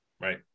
Right